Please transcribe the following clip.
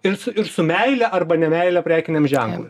ir su ir su meile arba nemeile prekiniam ženklui